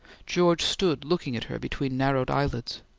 george stood looking at her between narrowed eyelids.